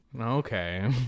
Okay